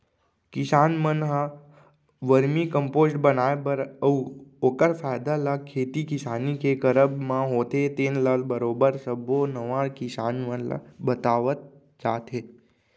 किसान मन ह वरमी कम्पोस्ट बनाए बर अउ ओखर फायदा ल खेती किसानी के करब म होथे तेन ल बरोबर सब्बो नवा किसान मन ल बतावत जात हे